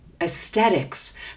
aesthetics